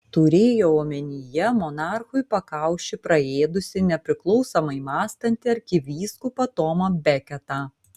turėjo omenyje monarchui pakaušį praėdusį nepriklausomai mąstantį arkivyskupą tomą beketą